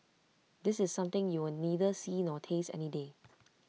this is something you'll neither see nor taste any day